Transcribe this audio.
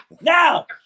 Now